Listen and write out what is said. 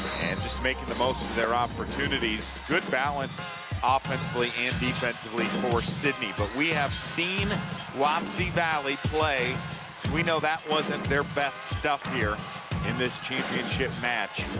and just making the most of their opportunities good balance offensively and defensively for sidney. but we have seen wapsie valley play we know that wasn't their best stuff here in this championship match.